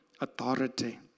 authority